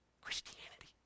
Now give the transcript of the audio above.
Christianity